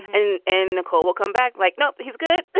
and and nicole will come back. like, no, he's good.